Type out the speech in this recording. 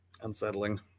unsettling